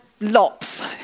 lops